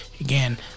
Again